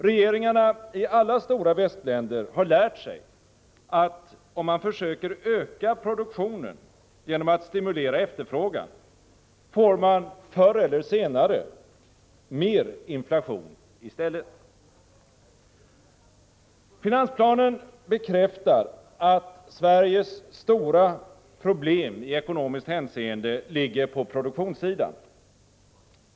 Regeringarna i alla stora västländer har lärt sig att om man försöker öka produktionen genom att stimulera efterfrågan får man förr eller senare mer inflation i stället. Finansplanen bekräftar att Sveriges stora problem i ekonomiskt hänseende ligger på produktionssidan.